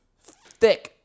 thick